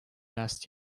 last